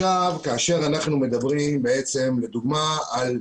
כאשר אנחנו מדברים לדוגמה על מסעדה,